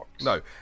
No